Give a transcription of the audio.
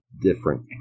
different